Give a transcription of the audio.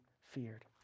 feared